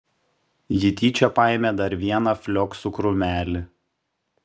ji tyčia paėmė dar vieną flioksų krūmelį